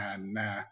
nah